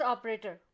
Operator